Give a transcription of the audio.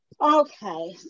Okay